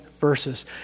verses